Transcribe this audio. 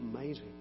Amazing